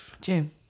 June